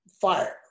fire